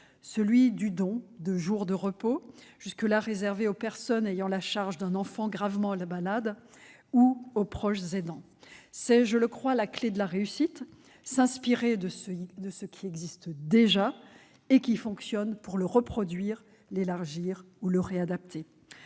celui du don de jours de repos, jusqu'alors réservé aux personnes ayant la charge d'un enfant gravement malade ou aux proches aidants. C'est là, je le crois, la clé de la réussite : s'inspirer de ce qui existe déjà et fonctionne pour le reproduire, l'élargir ou l'adapter.